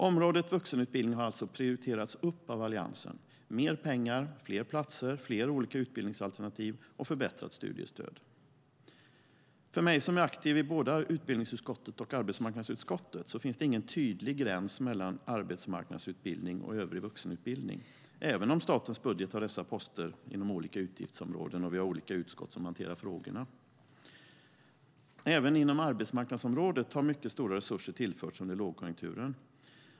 Området vuxenutbildning har alltså prioriterats upp av Alliansen med mer pengar, fler platser, fler olika utbildningsalternativ och förbättrat studiestöd. För mig som är aktiv i både utbildningsutskottet och arbetsmarknadsutskottet finns det ingen tydlig gräns mellan arbetsmarknadsutbildning och övrig vuxenutbildning, även om statens budget har dessa poster inom olika utgiftsområden och olika utskott hanterar frågorna. Även inom arbetsmarknadsområdet har mycket stora resurser tillförts under lågkonjunkturen.